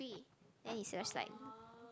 then it's just like